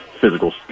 physical